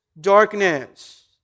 darkness